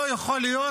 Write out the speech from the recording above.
לא יכול להיות